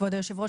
כבוד היושב-ראש,